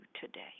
today